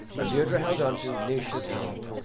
and deirdre held on to naois's hand.